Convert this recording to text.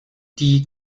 die